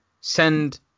send